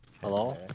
Hello